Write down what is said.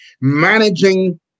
managing